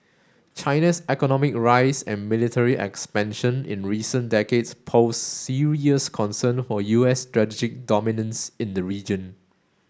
China's economic rise and military expansion in recent decades pose serious concerns for U S strategic dominance in the region